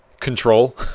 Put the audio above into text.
control